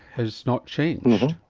has not changed.